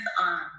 on